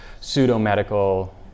pseudo-medical